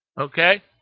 Okay